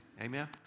Amen